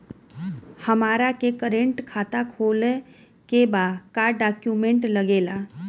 हमारा के करेंट खाता खोले के बा का डॉक्यूमेंट लागेला?